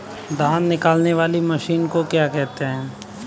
धान निकालने वाली मशीन को क्या कहते हैं?